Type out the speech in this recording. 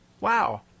wow